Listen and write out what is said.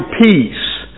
peace